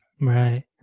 Right